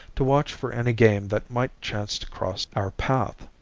to watch for any game that might chance to cross our path.